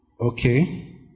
Okay